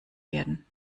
werden